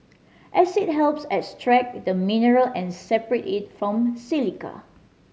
acid helps extract the mineral and separate it from silica